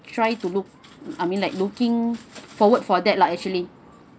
try to look I mean like looking forward for that lah actually